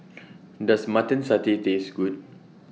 Does Mutton Satay Taste Good